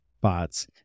bots